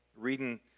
reading